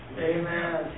Amen